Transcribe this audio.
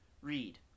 read